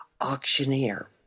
auctioneer